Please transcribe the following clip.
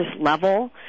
level